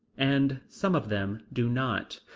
and some of them do not.